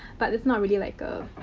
but, it's not really like a.